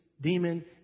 demon